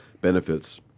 benefits